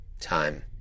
time